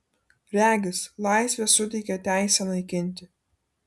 regis laisvė suteikia teisę naikinti